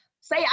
say